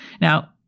Now